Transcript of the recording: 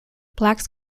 blacks